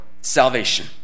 salvation